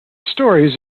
stories